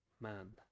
man